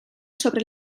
sobre